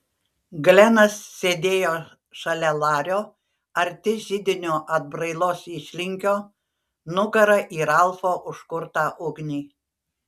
glenas sėdėjo šalia lario arti židinio atbrailos išlinkio nugara į ralfo užkurtą ugnį